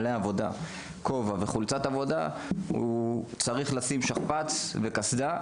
העבודה הוא צריך ללבוש שכפ״ץ וקסדה.